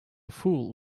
fool